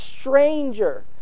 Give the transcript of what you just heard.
stranger